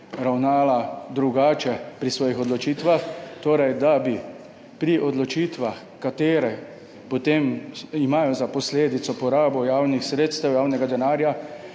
ravnala drugače pri svojih odločitvah. Torej, da bi pri odločitvah, katere potem imajo za posledico porabo javnih sredstev, javnega denarja,